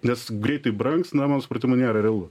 nes greitai brangs na mano supratimu nėra realu